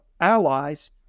allies